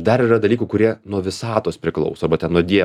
dar yra dalykų kurie nuo visatos priklauso arba ten nuo dievo